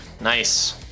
Nice